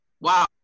wow